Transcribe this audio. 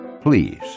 please